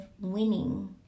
winning